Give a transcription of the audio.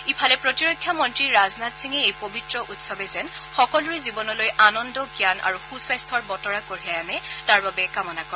ইফালে প্ৰতিৰক্ষা মন্ত্ৰী ৰাজনাথ সিঙে এই পবিত্ৰ উৎসৱে যেন সকলোৰে জীৱনলৈ আনন্দ জ্ঞান আৰু সুস্বাস্থ্যৰ বতৰা কঢ়িয়াই আনে তাৰ বাবে কামনা কৰে